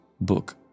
book